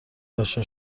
عاشق